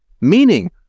Meaning